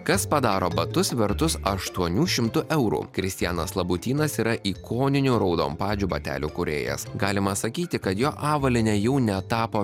kas padaro batus vertus aštuonių šimtų eurų kristianas labutynas yra ikoninių raudonpadžių batelių kūrėjas galima sakyti kad jo avalynė jau net tapo